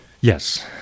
Yes